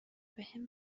بهم